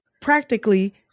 practically